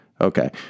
Okay